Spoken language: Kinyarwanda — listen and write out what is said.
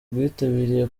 rwitabiriye